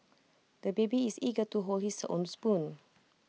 the baby is eager to hold his own spoon